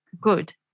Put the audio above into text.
good